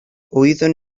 wyddwn